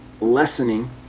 lessening